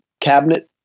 cabinet